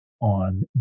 on